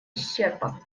исчерпан